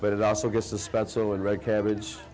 but it also gets to spend so in red cabbage